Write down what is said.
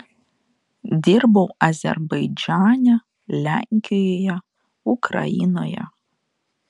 dirbau azerbaidžane lenkijoje ukrainoje